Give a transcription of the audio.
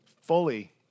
fully